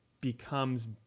becomes